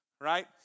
right